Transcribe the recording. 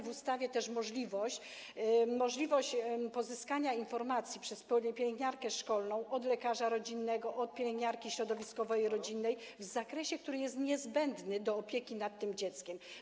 W ustawie dajemy też możliwość pozyskania informacji przez pielęgniarkę szkolną od lekarza rodzinnego, od pielęgniarki środowiskowo-rodzinnej w zakresie, który jest niezbędny do opieki nad tym dzieckiem.